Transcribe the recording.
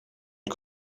une